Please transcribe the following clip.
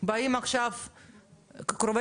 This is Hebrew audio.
כי באה אימא עם שני ילדים שזה לא קרבה